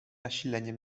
nasilenie